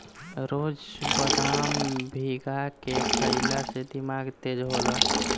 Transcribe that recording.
रोज बदाम भीगा के खइला से दिमाग तेज होला